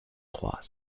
trois